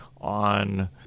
on